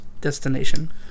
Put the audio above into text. destination